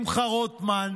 שמחה רוטמן,